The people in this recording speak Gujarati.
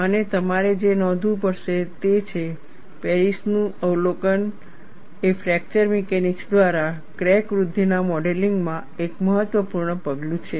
અને તમારે જે નોંધવું પડશે તે છે પેરિસનું અવલોકન એ ફ્રેકચર મિકેનિક્સ દ્વારા ક્રેક વૃદ્ધિના મોડેલિંગમાં એક મહત્વપૂર્ણ પગલું છે